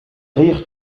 rirent